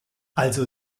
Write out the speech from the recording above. also